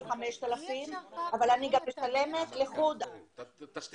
הוא 5,000. אבל אני גם משלמת לחוד --- אי-אפשר